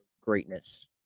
greatness